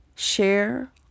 share